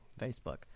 Facebook